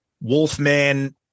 Wolfman